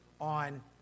on